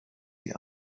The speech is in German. die